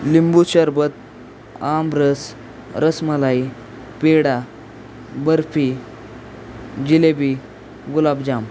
लिंबू सरबत आमरस रसमलाई पेढा बर्फी जिलेबी गुलाबजाम